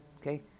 Okay